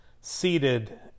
seated